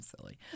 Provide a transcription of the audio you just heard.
silly